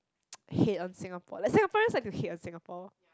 hate on Singapore like Singaporeans like to hate on Singapore